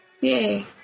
Yay